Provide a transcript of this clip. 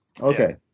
Okay